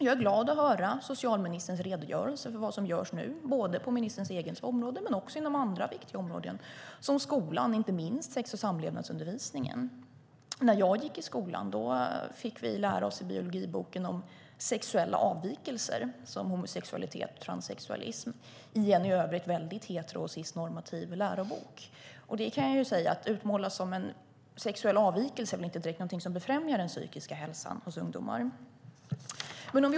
Jag är glad att höra socialministerns redogörelse för vad som görs både på ministerns område och inom andra viktiga områden, som till exempel skolans sex och samlevnadsundervisning. När jag gick i skolan fick vi läsa om sexuella avvikelser såsom homosexualitet och transsexualism i en väldigt hetero och cisnormativ lärobok. Att utmålas som en sexuell avvikelse är ju inget som direkt befrämjar den psykiska hälsan hos ungdomar.